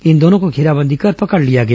इन दोनों को घेराबंदी कर पकड़ लिया गया